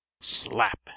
slap